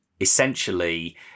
essentially